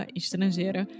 estrangeira